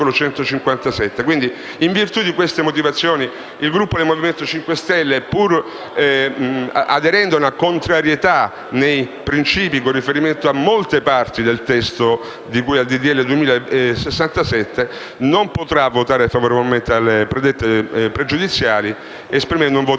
Quindi, in virtù di queste motivazioni, il Gruppo del Movimento 5 Stelle, pur aderendo ad una contrarietà nei principi con riferimento a molte parti del testo di cui al disegno di legge n. 2067 e connessi, non potrà votare favorevolmente alla predetta questione pregiudiziale ed esprimerà un voto